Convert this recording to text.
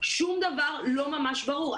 שום דבר לא ממש ברור.